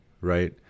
right